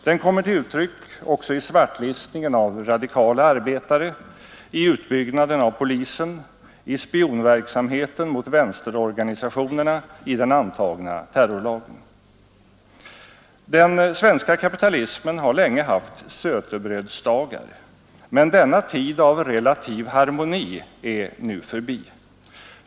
Den kommer till uttryck också i svartlistningen av radikala arbetare, i utbyggnaden av polisen, i spionverksamheten mot vänsterorganisationerna, i den antagna terrorlagen. Den svenska kapitalismen har länge haft sötebrödsdagar. Men denna tid av relativ harmoni är nu förbi.